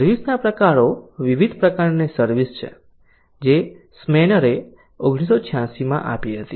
service ના પ્રકારો વિવિધ પ્રકારની સર્વિસ છે જે શ્મેનરે 1986 માં આપી હતી